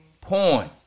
porn